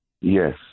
Yes